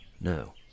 no